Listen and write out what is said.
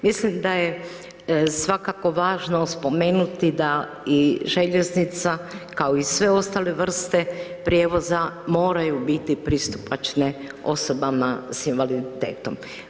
Mislim da je svakako važno spomenuti da i željeznica kao i sve ostale vrste prijevoza moraju biti pristupačne osobama sa invaliditetom.